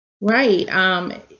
Right